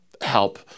help